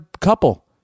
couple